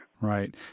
Right